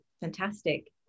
Fantastic